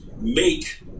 make